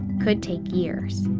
could take years.